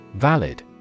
Valid